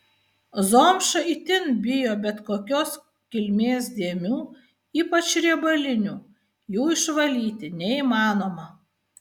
zomša itin bijo bet kokios kilmės dėmių ypač riebalinių jų išvalyti neįmanoma